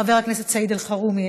חבר הכנסת סעיד אלחרומי,